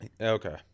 Okay